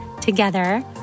together